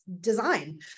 design